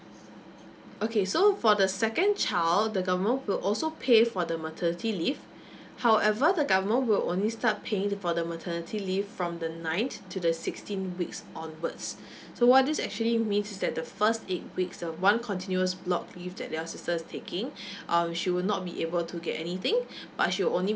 okay so for the second child the government will also pay for the maternity leave however the government will only start paying for the maternity leave from the ninth to the sixteenth weeks onwards so what this actually mean is that the first eight weeks the one continuous block leave that your sister is taking uh she will not be able to get anything but she'll only